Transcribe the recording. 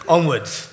Onwards